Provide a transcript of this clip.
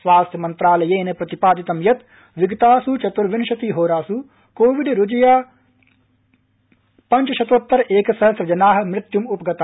स्वास्थ्य मन्त्रालयेन प्रतिपदितं यत् विगतास्मु चतुर्विंशाति होरासु कोविड रूजय पंचशतोत्तर एकसहस्रजन मृत्युम् उपगत